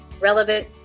relevant